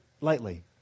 lightly